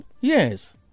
Yes